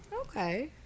Okay